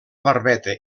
barbeta